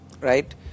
right